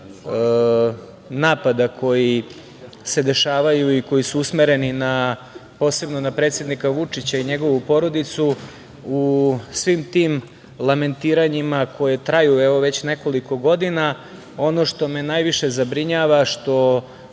napada koji se dešavaju i koji su usmereni, posebno na predsednika Vučića i njegovu porodicu, u svim tim lamentiranjima koji traju, već nekoliko godina, ono što me najviše zabrinjava što